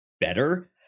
better